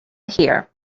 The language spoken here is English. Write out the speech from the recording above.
here